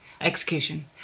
execution